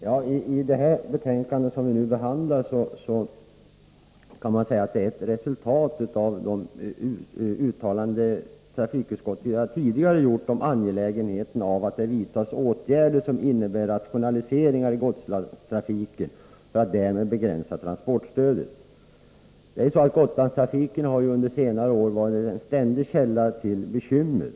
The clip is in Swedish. Herr talman! Det betänkande som vi nu behandlar är ett resultat av de uttalanden ett enigt trafikutskott tidigare gjort om angelägenheten av att det vidtas åtgärder, som innebär rationaliseringar i Gotlandstrafiken för att därmed begränsa transportstödet. Gotlandstrafiken har ju under senare år varit en ständig källa till bekymmer.